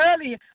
earlier